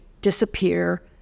disappear